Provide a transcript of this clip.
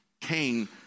Cain